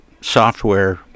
software